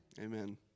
Amen